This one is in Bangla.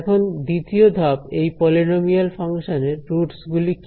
এখন দ্বিতীয় ধাপ এই পলিনোমিয়াল ফাংশানের রুটস গুলি কি